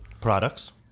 products